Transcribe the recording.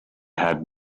had